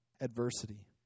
adversity